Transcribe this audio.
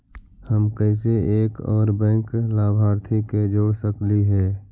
हम कैसे एक और बैंक लाभार्थी के जोड़ सकली हे?